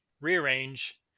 rearrange